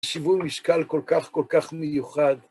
שיווי משקל כל כך, כל כך מיוחד.